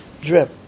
drip